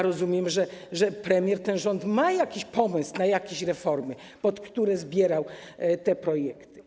Rozumiem, że premier, ten rząd ma jakiś pomysł na jakieś reformy, pod które zbierał te projekty.